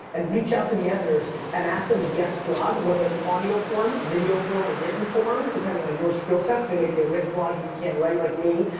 and reach out to the editors and ask them to guest blog, whether an audio form, video form, or written form, depending on your skills sets. they may be a written blog, you can't write like me,